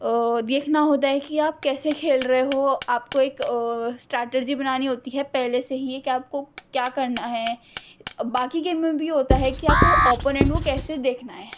دیکھنا ہوتا ہے کہ آپ کیسے کھیل رہے ہو آپ کو ایک اسٹریٹجی بنانی ہوتی ہے پہلے سے ہی کہ آپ کو کیا کرنا ہے باقی گیم میں بھی ہوتا ہے کہ آپ کو اوپوننٹ وہ کیسے دیکھنا ہے